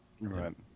right